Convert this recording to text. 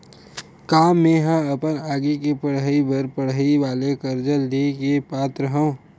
का मेंहा अपन आगे के पढई बर पढई वाले कर्जा ले के पात्र हव?